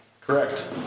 correct